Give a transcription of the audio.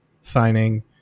signing